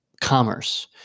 commerce